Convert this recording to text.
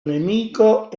nemico